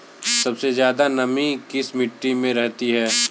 सबसे ज्यादा नमी किस मिट्टी में रहती है?